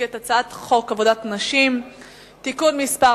את הצעת חוק עבודת נשים (תיקון מס'